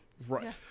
right